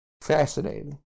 Fascinating